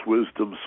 Wisdom